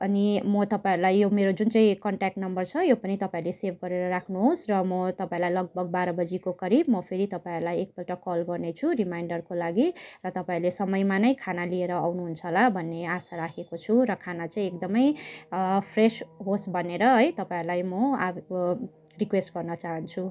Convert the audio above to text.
अनि म तपाईँहरूलाई यो मेरो जुन चाहिँ कन्ट्याक्ट नम्बर छ यो पनि तपाईँहरूले सेभ गरेर राख्नुहोस् र म तपाईँलाई लगभग बाह्र बजीको करीब म फेरि तपाईँहरूलाई एकपल्ट कल गर्नेछु रिमाइन्डरको लागि र तपाईँहरूले समयमा नै खाना लिएर आउनु हुन्छ होला भन्ने आशा राखेको छु र खाना चाहिँ एकदमै फ्रेस होस् भनेर है तपाईँहरूलाई म आग्रह रिक्वेस्ट गर्न चाहन्छु